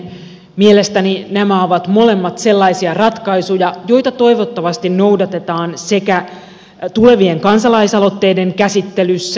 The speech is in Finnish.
mielestäni nämä ovat molemmat sellaisia ratkaisuja joita toivottavasti noudatetaan tulevien kansalaisaloitteiden käsittelyssä